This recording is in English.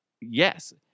Yes